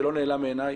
וזה לא נעלם מעיניי,